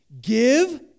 Give